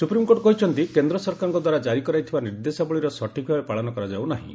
supreme court କହିଛନ୍ତି କେନ୍ଦ୍ର ସରକାରଙ୍କ ଦ୍ୱାରା କ୍ରାରି କରାଯାଇଥିବା ନିର୍ଦ୍ଦେଶାବଳୀର ସଠିକ୍ ଭାବେ ପାଳନ କରାଯାଉ ନାହିଁ